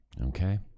Okay